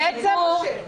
פרופ' גרוטו,